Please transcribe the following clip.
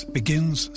begins